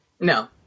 No